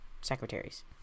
secretaries